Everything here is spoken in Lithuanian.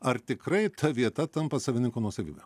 ar tikrai ta vieta tampa savininko nuosavybe